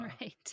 right